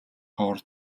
ховор